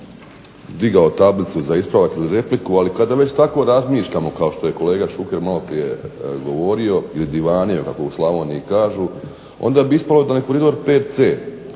digao tablicu za ispravak ili repliku, ali kada već tako razmišljamo kao što je kolega Šuker malo prije govorio ili divanio kako u Slavoniji kažu, onda bi ispalo da Koridor VC